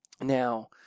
Now